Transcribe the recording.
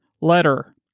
Letter